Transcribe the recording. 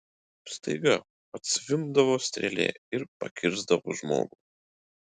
staiga atzvimbdavo strėlė ir pakirsdavo žmogų